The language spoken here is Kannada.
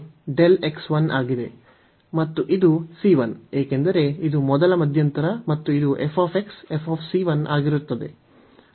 ಮತ್ತು ಇದು c 1 ಏಕೆಂದರೆ ಇದು ಮೊದಲ ಮಧ್ಯಂತರ ಮತ್ತು ಇದು ಆಗಿರುತ್ತದೆ